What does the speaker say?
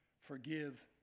forgive